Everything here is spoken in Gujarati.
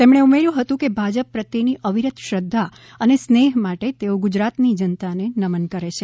તેમણે ઉમેર્યું હતું કે ભાજપ પ્રત્યેની અવિરત શ્રદ્ધા અને સ્નેહ માટે તેઓ ગુજરાતની જનતાને નમન કરે છે